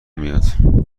میاد